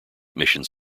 missions